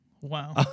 Wow